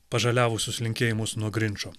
pažaliavusius linkėjimus nuo grinčo